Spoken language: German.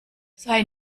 sei